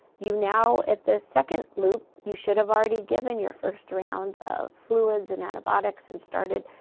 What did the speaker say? you now, at this second loop, you should have already given your first round of fluids and antibiotics and started.